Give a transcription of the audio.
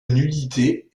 nudité